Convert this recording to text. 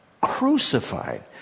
crucified